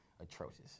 atrocious